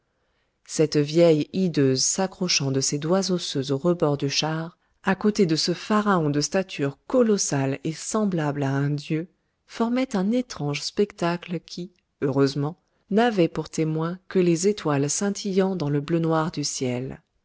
cette vieille hideuse s'accrochant de ses doigts osseux au rebord du char à côté de ce pharaon de stature colossale et semblable à un dieu formait un étrange spectacle qui heureusement n'avait pour témoin que les étoiles scintillant dans le bleu noir du ciel